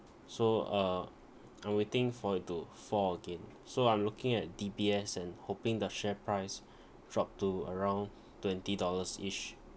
so uh I'm waiting for it to fall again so I'm looking at D_B_S and hoping the share price drop to around twenty dollars each